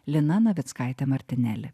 lina navickaitė martineli